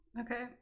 Okay